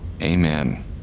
Amen